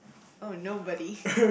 oh nobody